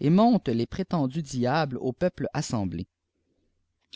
et montre les prétendus diables au peuple assemblé